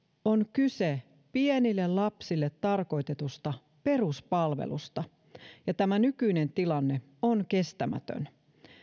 on kyse pienille lapsille tarkoitetusta peruspalvelusta ja tämä nykyinen tilanne on kestämätön